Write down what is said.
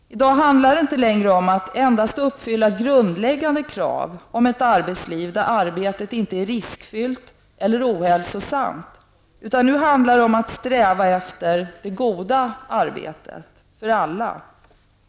I dag handlar det inte längre om att endast uppfylla grundläggande krav på ett arbetsliv, där arbetet inte är riskfyllt eller ohälsosamt, utan nu handlar det om att sträva efter ''det goda arbetet'' för alla.